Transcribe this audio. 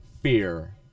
fear